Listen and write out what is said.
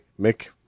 Mick